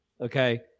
Okay